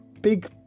big